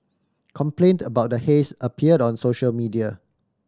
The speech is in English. complaint about the haze appeared on social media